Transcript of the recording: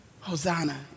Hosanna